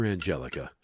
Angelica